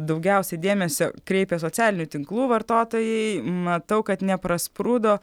daugiausiai dėmesio kreipė socialinių tinklų vartotojai matau kad neprasprūdo